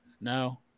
No